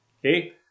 Okay